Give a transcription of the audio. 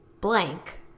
blank